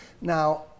Now